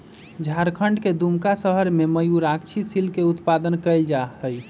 झारखंड के दुमका शहर में मयूराक्षी सिल्क के उत्पादन कइल जाहई